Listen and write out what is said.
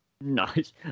Nice